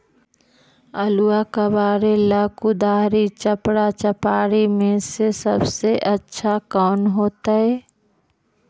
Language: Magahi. आलुआ कबारेला कुदारी, चपरा, चपारी में से सबसे अच्छा कौन होतई?